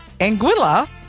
Anguilla